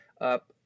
up